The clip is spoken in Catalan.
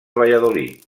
valladolid